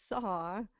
saw